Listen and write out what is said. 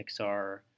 Pixar